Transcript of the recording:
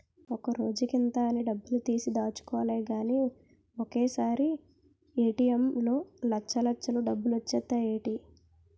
రోజుకింత అని డబ్బుతీసి దాచుకోలిగానీ ఒకసారీ ఏ.టి.ఎం లో లచ్చల్లచ్చలు డబ్బులొచ్చేత్తాయ్ ఏటీ?